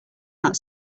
that